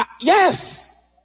yes